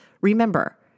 Remember